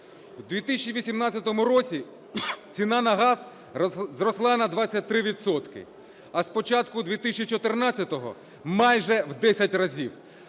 В 2018 році ціна на газ зросла на 23 відсотки, а з початку 2014 майже в 10 разів.